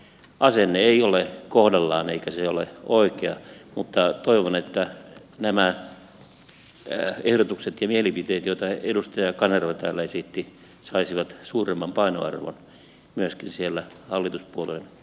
asenne ei ole kohdallaan eikä se ole oikea mutta toivon että nämä ehdotukset ja mielipiteet joita edustaja kanerva täällä esitti saisivat suuremman painoarvon myöskin siellä hallituspuolueiden keskuudessa